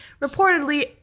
Reportedly